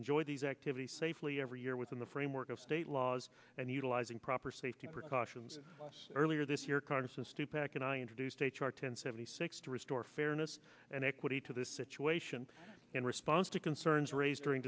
enjoy these activities safely every year within the framework of state laws and utilizing proper safety precautions earlier this year congressman stupak and i introduced h r ten seventy six to restore fairness and equity to this situation in response to concerns raised during